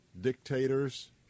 dictators